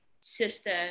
system